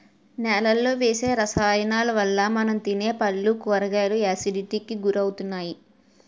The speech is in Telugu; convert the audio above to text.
నేలలో వేసే రసాయనాలవల్ల మనం తినే పళ్ళు, కూరగాయలు ఎసిడిటీకి గురవుతున్నాయి